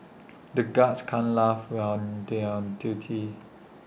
the guards can't laugh while they're on duty